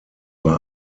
war